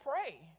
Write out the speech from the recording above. pray